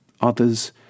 Others